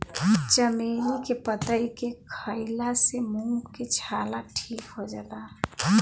चमेली के पतइ के खईला से मुंह के छाला ठीक हो जाला